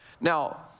Now